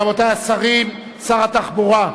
רבותי השרים, שר התחבורה,